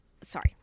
sorry